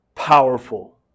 Powerful